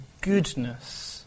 goodness